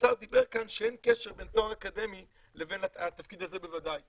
והשר דיבר כאן שאין קשר בין תואר אקדמי לבין התפקיד הזה בוודאי.